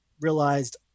realized